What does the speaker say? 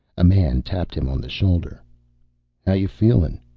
a man tapped him on the shoulder. how you feeling?